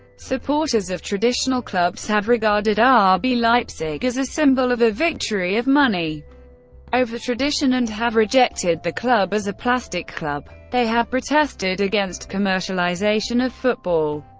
supporters of traditional clubs have regarded ah rb leipzig as a symbol of a victory of money over tradition and have rejected the club as a plastic club. they have protested against commercialization of football,